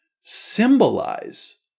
symbolize